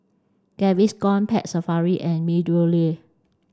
Gaviscon Pet Safari and MeadowLea